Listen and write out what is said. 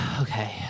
Okay